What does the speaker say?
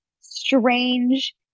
strange